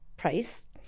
Price